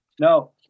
no